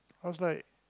I was like